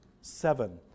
Seven